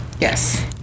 yes